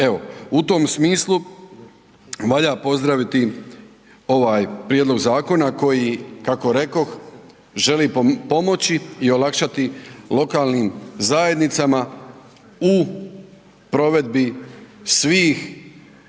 Evo, u tom smislu valja pozdraviti ovaj prijedlog zakona koji kako rekoh želi pomoći i olakšati lokalnim zajednicama u provedbi svih